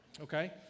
Okay